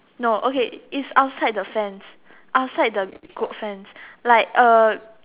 no okay is outside the fence outside the goat fence like A